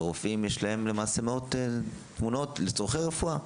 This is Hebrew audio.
ורופאים יש להם מאות תמונות לצרכי רפואה,